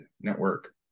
network